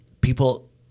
people